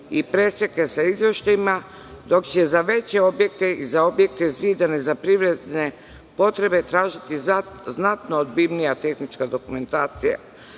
i preseke sa izveštajima, dok će se za veće objekte i za objekte zidane za privredne potrebe tražiti znatno obimnija tehnička dokumentacija,